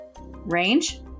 Range